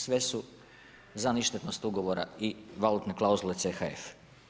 Sve su za ništetnosti ugovora i valutnih klauzula CHF.